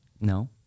No